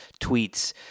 tweets